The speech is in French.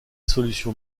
solutions